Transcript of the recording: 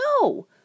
no